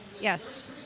Yes